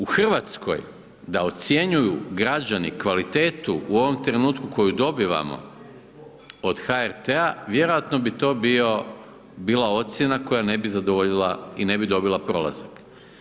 U Hrvatskoj da ocjenjuju građani kvalitetu u ovom trenutku u kojem dobivamo od HRT-a, vjerojatno bi to bila ocjena koja ne bi zadovoljila i ne bi dobila prolazak.